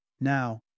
Now